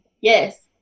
Yes